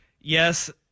Yes